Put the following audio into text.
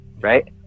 right